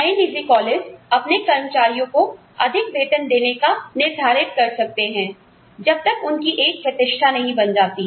नए निजी कॉलेज अपने कर्मचारियों को अधिक वेतन देने का निर्धारित कर सकते हैं जब तक उनकी एक प्रतिष्ठा नहीं बन जाती